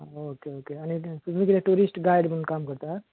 आं okay okay आनी तुमी टुरिश्ट गायड म्हणून काम करता